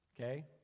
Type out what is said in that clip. okay